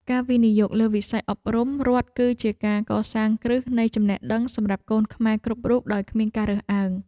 ការវិនិយោគលើវិស័យអប់រំរដ្ឋគឺជាការកសាងគ្រឹះនៃចំណេះដឹងសម្រាប់កូនខ្មែរគ្រប់រូបដោយគ្មានការរើសអើង។